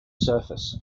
surface